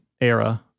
era